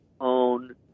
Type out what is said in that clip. own